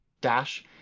Dash